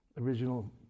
original